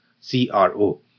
c-r-o